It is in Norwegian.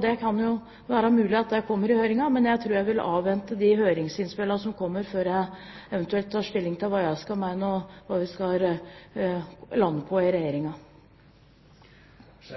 Det kan være mulig at det kommer fram i høringen, men jeg tror jeg vil avvente de høringsinnspillene som kommer, før jeg eventuelt tar stilling til hva jeg skal mene, og hva vi skal lande på i Regjeringen. Vi